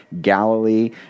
Galilee